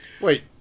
Wait